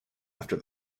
after